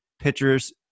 pitchers